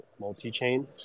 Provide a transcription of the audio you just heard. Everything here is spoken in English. multi-chain